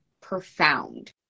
profound